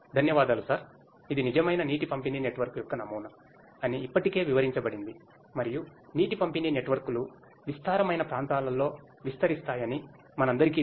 ధన్యవాదాలు సార్ ఇది నిజమైన నీటి పంపిణీ నెట్వర్క్ యొక్క నమూనా అని ఇప్పటికే వివరించబడింది మరియు నీటి పంపిణీ నెట్వర్క్లు విస్తారమైన ప్రాంతాలలో విస్తరిస్తాయని మనందరికీ తెలుసు